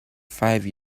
five